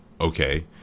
okay